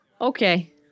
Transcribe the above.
Okay